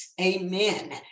Amen